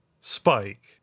Spike